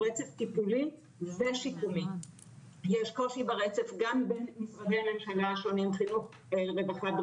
אלא באמת אי הטיפול במשפחה ולהסתכל על זה בצורה הוליסטית גורם